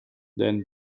then